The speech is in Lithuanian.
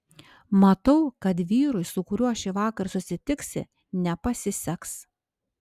matau kad vyrui su kuriuo šįvakar susitiksi nepasiseks